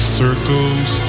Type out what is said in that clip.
circles